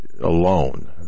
alone